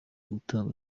gutanga